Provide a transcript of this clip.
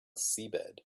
seabed